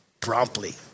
promptly